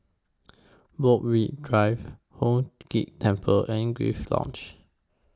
Borthwick Drive Ghee Temple and Grace Lodge